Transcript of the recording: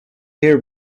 hair